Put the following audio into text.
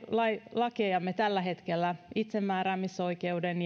lakejamme tällä hetkellä itsemääräämisoikeuden